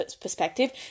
perspective